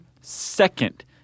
second